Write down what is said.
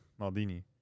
Maldini